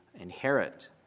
inherit